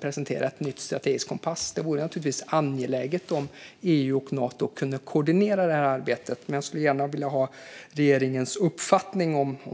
presentera en ny strategisk kompass. Det är naturligtvis angeläget att EU och Nato kan koordinera detta arbete. Jag skulle gärna vilja ha regeringens uppfattning om detta.